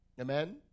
Amen